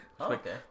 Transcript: Okay